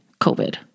COVID